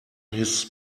his